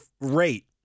rate